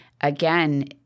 again